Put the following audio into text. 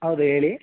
ಹೌದು ಹೇಳಿ